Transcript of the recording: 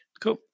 cool